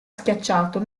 schiacciato